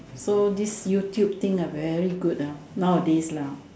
so this YouTube thing ah very good ah nowadays lah